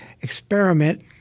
experiment